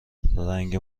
رنگ